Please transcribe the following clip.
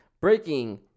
Breaking